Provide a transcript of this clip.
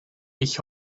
ich